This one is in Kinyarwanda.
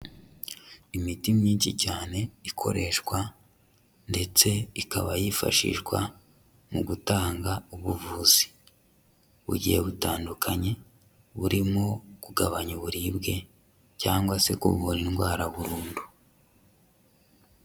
Imiti myinshi cyane ikoreshwa ndetse ikaba yifashishwa mu gutanga ubuvuzi bugiye butandukanye, burimo kugabanya uburibwe cyangwa se kuvura indwara burundu.